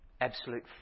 absolute